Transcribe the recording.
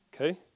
Okay